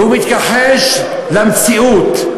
והוא מתכחש למציאות,